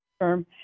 term